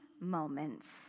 moments